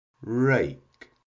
rake